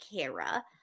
Kara